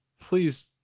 please